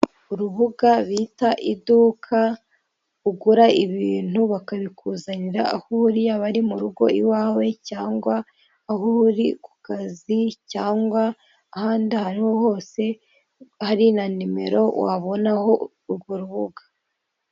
Urubuga bita iduka ugura ibintu bakabikuzanira aho buriya bari mu rugo iwawe cyangwa aho uri ku kazi cyangwa ahandi ariho hose ari na nimero wabonaho urwo rubuga.